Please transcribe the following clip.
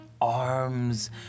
arms